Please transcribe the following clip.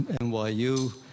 NYU